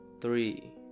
three